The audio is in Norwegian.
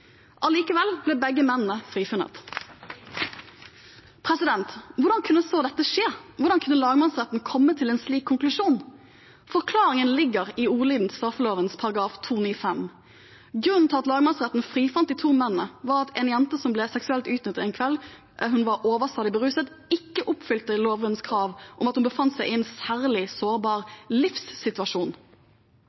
Allikevel ble begge mennene frifunnet. Hvordan kunne så dette skje? Hvordan kunne lagmannsretten komme til en slik konklusjon? Forklaringen ligger i ordlyden til straffeloven § 295. Grunnen til at lagmannsretten frifant de to mennene, var at en jente som ble seksuelt utnyttet en kveld hun var overstadig beruset, ikke oppfylte lovens krav om at hun befant seg i en «særlig sårbar livssituasjon».